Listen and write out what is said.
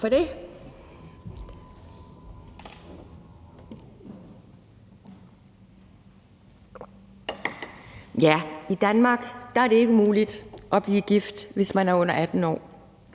det. I Danmark er det ikke muligt at blive gift, hvis man er under 18 år.